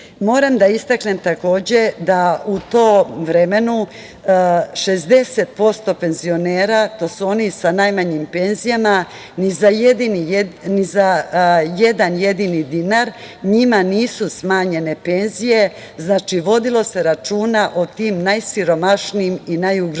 da istaknem takođe da u to vreme 60% penzionera, to su oni sa najmanjim penzijama, ni za jedan jedini dinar njima nisu smanjene penzije. Znači, vodilo se računa o tim najsiromašnijim i najugroženijim. Da